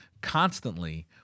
constantly